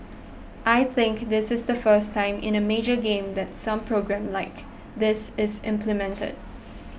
I think this is the first time in a major game that some programme like this is implemented